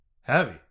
Heavy